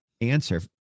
answer